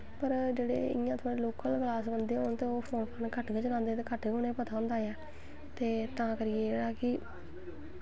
पर जेह्ड़े थोह्ड़े इ'यां लोकल कलास बंदे होन ते ओह् फोन घट्ट गै चलांदे ते घट्ट गै उ'नें गी पता होंदा ते तां करियै जेह्ड़ा कि